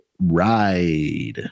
ride